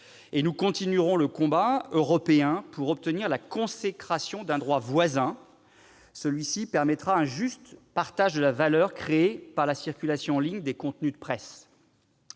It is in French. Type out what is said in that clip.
nous continuerons le combat européen pour obtenir la consécration d'un droit voisin. Celui-ci permettra un juste partage de la valeur créée par la circulation en ligne des contenus de presse.